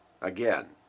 again